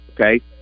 okay